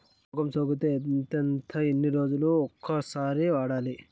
రోగం సోకితే ఎంతెంత ఎన్ని రోజులు కొక సారి వాడాలి?